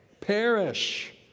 Perish